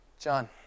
John